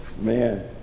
Man